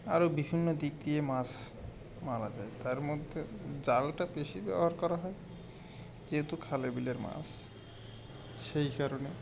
আরও বিভিন্ন দিক দিয়ে মাছ মারা যায় তার মধ্যে জালটা বেশি ব্যবহার করা হয় যেহেতু খালে বিলের মাছ সেই কারণে